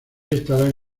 estarán